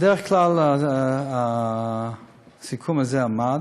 בדרך כלל הסיכום הזה עמד.